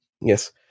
Yes